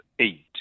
Eight